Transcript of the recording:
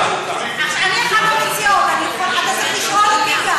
אתה צריך לשאול גם אותי.